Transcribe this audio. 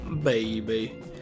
Baby